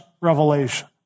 revelation